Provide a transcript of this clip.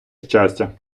щастя